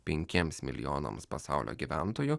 penkiems milijonams pasaulio gyventojų